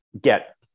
get